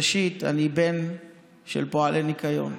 ראשית, אני בן של פועלי ניקיון.